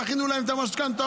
דחינו להם את המשכנתאות,